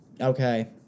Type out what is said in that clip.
Okay